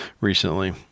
recently